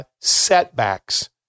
setbacks